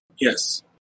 Yes